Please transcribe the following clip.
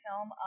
film